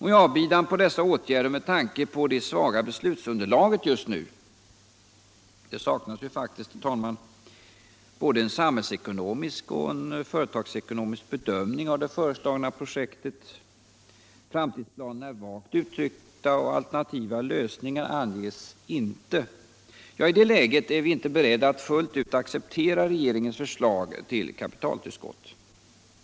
I avbidan på dessa åtgärder och med tanke på det svaga beslutsunderlaget just nu — det saknas ju faktiskt, herr talman, både en samhällsekonomisk och företagsekonomisk bedömning av det föreslagna projektet, framtidsplanerna är vagt uttryckta och alternativa lösningar anges inte — är vi inte beredda att fullt ut acceptera regeringens förslag till kapitaltillskott.